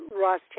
Ross